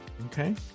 Okay